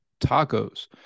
tacos